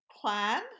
plan